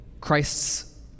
Christ's